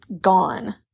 gone